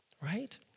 Right